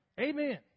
Amen